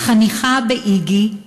חניכה ב"איגי",